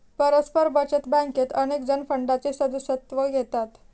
परस्पर बचत बँकेत अनेकजण फंडाचे सदस्यत्व घेतात